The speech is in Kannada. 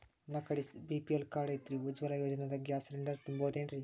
ನನ್ನ ಕಡೆ ಬಿ.ಪಿ.ಎಲ್ ಕಾರ್ಡ್ ಐತ್ರಿ, ಉಜ್ವಲಾ ಯೋಜನೆದಾಗ ಗ್ಯಾಸ್ ಸಿಲಿಂಡರ್ ತೊಗೋಬಹುದೇನ್ರಿ?